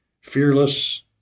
fearless